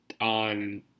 on –